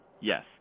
yes